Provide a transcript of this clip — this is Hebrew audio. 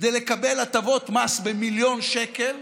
כדי לקבל הטבות מס במיליון שקל,